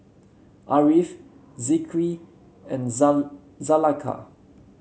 Ariff Zikri and Zulaikha